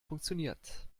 funktioniert